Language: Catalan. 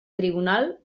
tribunal